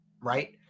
right